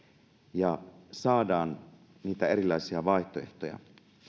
ja saadaan niitä erilaisia vaihtoehtoja